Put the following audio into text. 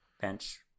bench